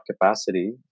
capacity